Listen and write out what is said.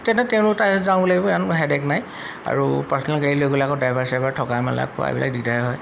তেনে তেওঁলোক তাই যাব লাগিব হেডেক নাই আৰু পাৰ্চনেল গাড়ী লৈ গ'লে আকৌ ড্ৰাইভাৰ চাইভাৰ থকা মেলা খোৱা এইবিলাক দিগদাৰ হয়